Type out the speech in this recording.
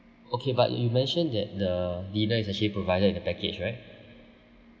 okay but you mentioned that the dinner is actually provided in the package right